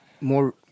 more